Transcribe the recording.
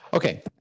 Okay